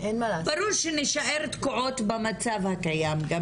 ברור שנישאר תקועות במצב הקיים.